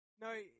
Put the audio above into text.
No